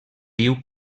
diu